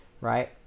right